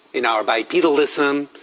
in our bipedalism,